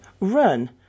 run